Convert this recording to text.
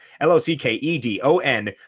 l-o-c-k-e-d-o-n